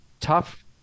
tough